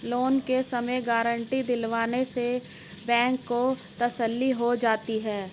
loan के समय guarantee दिलवाने से बैंक को तसल्ली हो जाती है